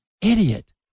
idiot